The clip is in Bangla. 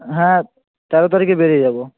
হ্যাঁ তেরো তারিখে বেরিয়ে যাব